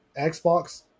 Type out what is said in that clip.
Xbox